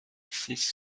six